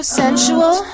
sensual